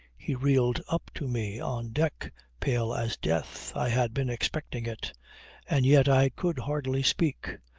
he reeled up to me on deck pale as death. i had been expecting it and yet i could hardly speak.